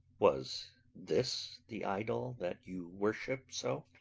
was this the idol that you worship so?